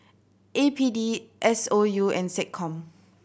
A P D S O U and SecCom